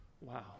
Wow